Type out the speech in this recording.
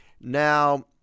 Now